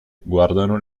guardano